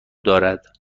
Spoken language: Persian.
دارد